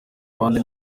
abandi